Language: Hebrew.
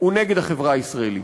הוא נגד החברה הישראלית.